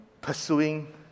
pursuing